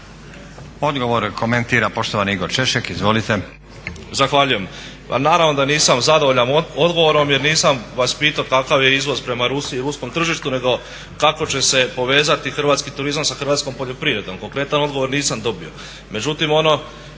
Odgovor komentira poštovani Igor Češek, izvolite.